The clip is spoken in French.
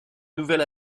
nouvelle